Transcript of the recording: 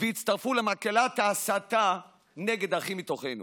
והצטרפו למקהלת ההסתה נגד אחים מתוכנו.